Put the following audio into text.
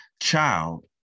child